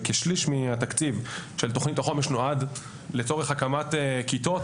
וכשליש מהתקציב של תכנית החומש נועד לצורך הקמת כיתות.